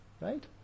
right